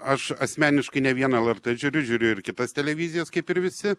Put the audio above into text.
aš asmeniškai ne vien lrt žiūriu žiūriu ir kitas televizijas kaip ir visi